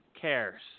cares